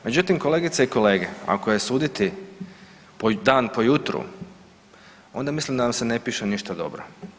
Međutim, kolegice i kolege ako je suditi dan po jutru onda mislim da nam se ne piše ništa dobro.